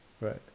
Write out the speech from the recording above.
right